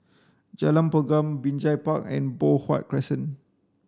Jalan Pergam Binjai Park and Poh Huat Crescent